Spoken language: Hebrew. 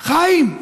חיים,